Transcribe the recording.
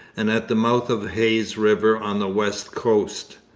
and at the mouth of the hayes river on the west coast.